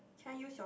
can I use your